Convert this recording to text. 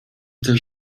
też